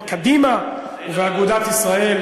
קדימה ואגודת ישראל,